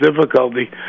difficulty